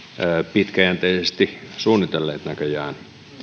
pitkäjänteisesti suunnitelleet